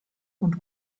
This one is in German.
und